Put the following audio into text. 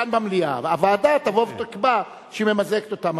הוועדה תקבע שהיא ממזגת אותן.